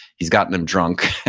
he's gotten him drunk.